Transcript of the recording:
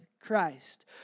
Christ